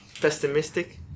pessimistic